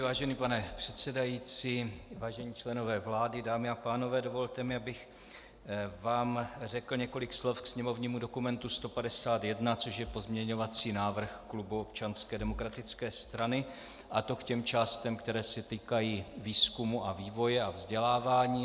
Vážená pane předsedající, vážení členové vlády, dámy a pánové, dovolte mi, abych vám řekl několik slov ke sněmovnímu dokumentu 151, což je pozměňovací návrh klubu Občanské demokratické strany, a to k těm částem, které se týkají výzkumu, vývoje a vzdělávání.